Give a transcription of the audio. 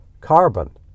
carbon